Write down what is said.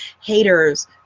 haters